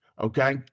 okay